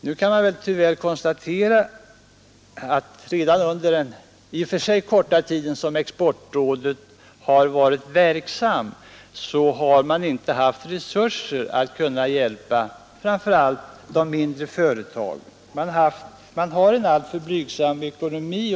Nu kan man tyvärr konstatera att under den i och för sig korta tid som exportrådet har varit verksamt har man inte haft resurser att kunna hjälpa framför allt de mindre företagen; man har en alltför blygsam ekonomi.